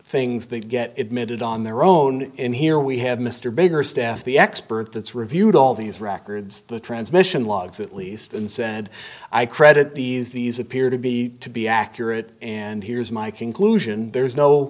things that get admitted on their own and here we have mr baker steph the expert that's reviewed all these records the transmission logs at least and said i credit these these appear to be to be accurate and here's my conclusion there's no